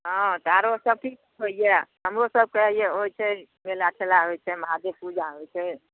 हँ तऽ आरो सब किछु होइए हमरो सबके होइत छै मेला ठेला होइत छै महादेब पुजा होइत छै